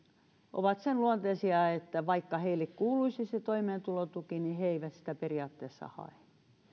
ovat sen luonteisia että vaikka heille kuuluisi toimeentulotuki he eivät sitä periaatteessa